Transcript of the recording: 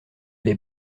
les